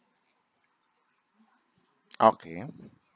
okay